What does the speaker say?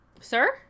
Sir